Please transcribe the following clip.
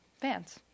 fans